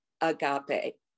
agape